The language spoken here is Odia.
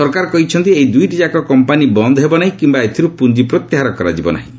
ସରକାର କହିଛନ୍ତି ଏହି ଦୁଇଟିଯାକ କମ୍ପାନୀ ବନ୍ଦ ହେବ ନାହିଁ କିମ୍ବା ଏଥିରୁ ପୁଞ୍ଚି ପ୍ରତ୍ୟାହାର କରାଯିବ ନାହିଁ